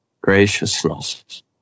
graciousness